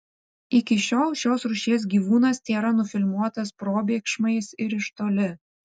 iki šiol šios rūšies gyvūnas tėra nufilmuotas probėgšmais ir iš toli